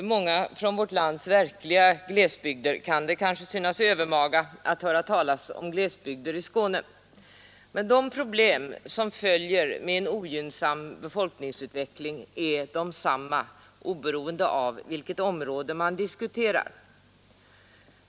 kanske synas övermaga när man talar om glesbygder i Skåne. De problem som följer med en ogynnsam befolkningsutveckling är emellertid de samma vilket område man än diskuterar.